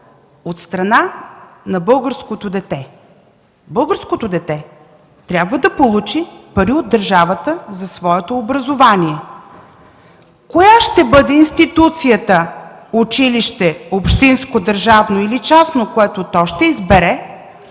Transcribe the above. от страна на българското дете. Българското дете трябва да получи пари от държавата за своето образование. Коя ще бъде институцията училище – общинско, държавно или частно, което то ще избере,